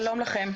שלום לכם.